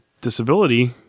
disability